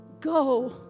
go